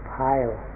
pile